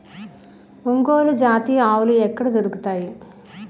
ఒంగోలు జాతి ఆవులు ఎక్కడ దొరుకుతాయి?